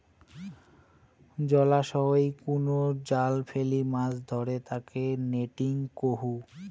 জলাশয়ই কুনো জাল ফেলি মাছ ধরে তাকে নেটিং কহু